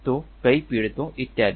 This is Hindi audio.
तो कई पीड़ितों इत्यादि